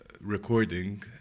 recording